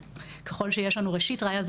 ככל שיש לנו ראשית ראיה מנהלית,